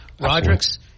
Rodericks